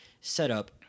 setup